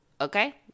Okay